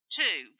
two